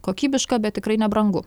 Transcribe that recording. kokybiška bet tikrai nebrangu